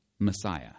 Messiah